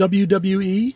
wwe